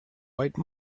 white